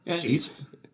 Jesus